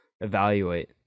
evaluate